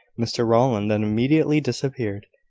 mr rowland then immediately disappeared.